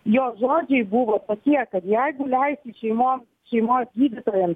jo žodžiai buvo tokie kad jeigu leisit šeimom šeimos gydytojam